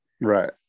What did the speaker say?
right